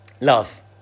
Love